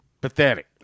Pathetic